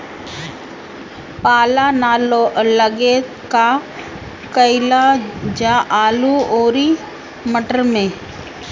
पाला न लागे का कयिल जा आलू औरी मटर मैं?